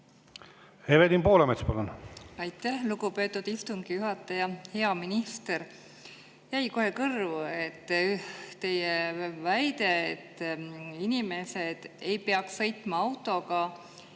Evelin Poolamets, palun! Aitäh, lugupeetud istungi juhataja! Hea minister! Jäi kohe kõrvu teie väide, et inimesed ei peaks sõitma autoga,